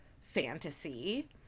fantasy